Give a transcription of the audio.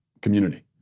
community